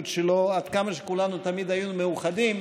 שלו עד כמה כולנו תמיד היינו מאוחדים,